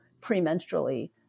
premenstrually